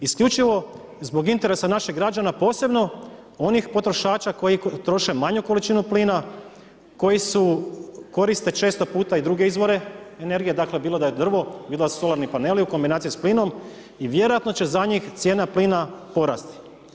Isključivo zbog interesa naših građana, posebno onih potrošača koji troše manju količinu plina, koji koriste često puta i druge izvore energije, bilo da je drvo, bilo da su solarni paneli u kombinaciji sa plinom i vjerojatno će za njih cijena plina porasti.